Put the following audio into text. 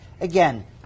again